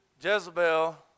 Jezebel